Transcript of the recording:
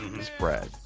spread